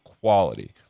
quality